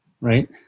right